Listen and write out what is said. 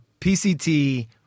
PCT